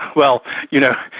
well, you know,